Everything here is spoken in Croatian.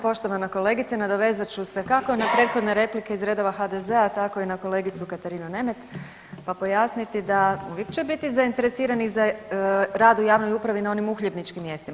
Poštovana kolegice nadovezat ću se kako na prethodne replike iz redova HDZ-a tako i na kolegicu Katarinu Nemet pa pojasniti da uvijek će biti zainteresiranih za rad u javnoj upravi na onim uhljebničkim mjestima.